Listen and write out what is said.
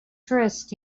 trust